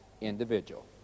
individual